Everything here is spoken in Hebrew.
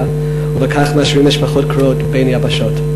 ובכך משאירים משפחות קרועות בין יבשות?